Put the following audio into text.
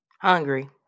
Hungry